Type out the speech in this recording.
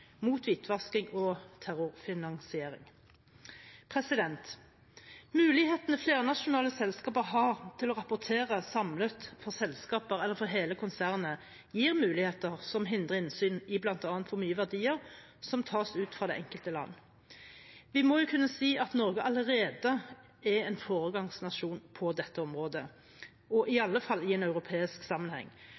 mot hvitvasking og terrorfinansiering. Mulighetene flernasjonale selskaper har til å rapportere samlet for selskaper eller for hele konsernet, gir muligheter som hindrer innsyn i bl.a. hvor mye verdier som tas ut fra det enkelte land. Vi må vel kunne si at Norge allerede er en foregangsnasjon på dette området, i alle fall i en europeisk sammenheng,